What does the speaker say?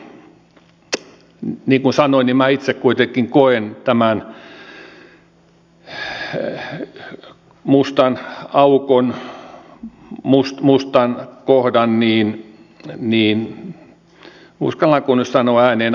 niin kuin sanoin minä itse kuitenkin koen tämän mustan aukon mustan kohdan uskallanko nyt sanoa ääneen